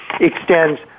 extends